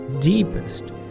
deepest